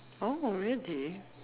oh really